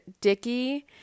dicky